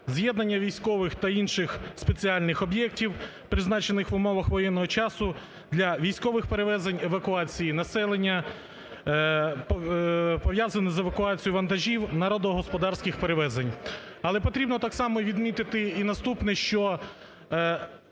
з'єднання військових та інших спеціальних об'єктів, призначених в умовах воєнного часу для військових перевезень, евакуації населення, пов'язані з евакуацією вантажів, народногосподарських перевезень. Але потрібно так само відмітити і наступне, що